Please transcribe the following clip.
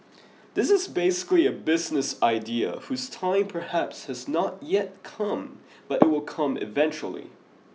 this is basically a business idea whose time perhaps has not yet come but it will come eventually